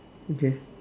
okay